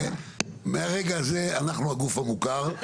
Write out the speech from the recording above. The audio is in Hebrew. מהרגע הזה אנחנו הגוף המוכר,